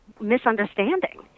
misunderstanding